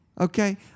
okay